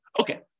Okay